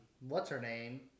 what's-her-name